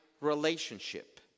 relationship